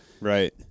Right